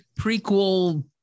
prequel